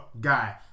guy